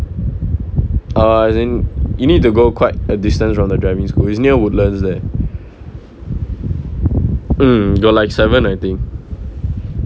uh as in you need to go quite a distance from the driving school is near woodlands there mm got like seven I think